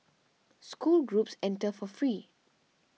school groups enter for free